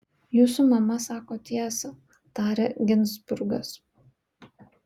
jūsų mama sako tiesą tarė ginzburgas